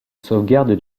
sauvegarde